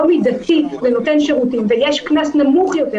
מידתי לנותן שירותים ויש קנס נמוך יותר,